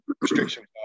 restrictions